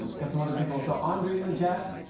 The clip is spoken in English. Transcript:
got some other people. so andre's in the chat.